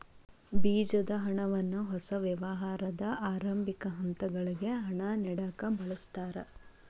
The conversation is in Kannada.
ಬೇಜದ ಹಣವನ್ನ ಹೊಸ ವ್ಯವಹಾರದ ಆರಂಭಿಕ ಹಂತಗಳಿಗೆ ಹಣ ನೇಡಕ ಬಳಸ್ತಾರ